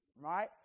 right